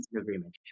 agreement